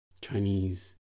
Chinese